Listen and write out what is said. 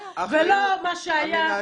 ולא מה שהיה.